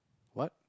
what